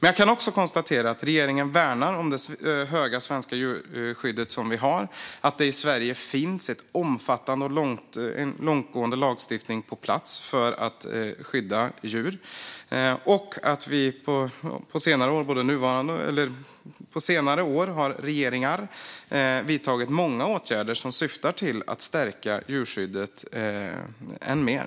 Jag kan också konstatera att regeringen värnar om det höga svenska djurskydd vi har, att det i Sverige finns omfattande och långtgående lagstiftning på plats för att skydda djur och att regeringar på senare år har vidtagit många åtgärder som syftar till att stärka djurskyddet än mer.